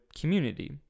community